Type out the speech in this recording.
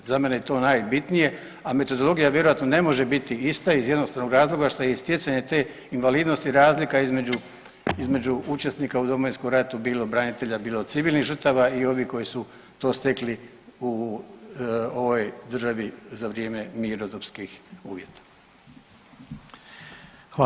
Za mene je to najbitnije, a metodologija vjerojatno ne može biti ista iz jednostavnog razloga što i stjecanje te invalidnosti, razlika između učesnika u Domovinskom ratu, bilo branitelja, bilo civilnih žrtava i ovih koji su to stekli u ovoj državi za vrijeme mirnodopskih uvjeta.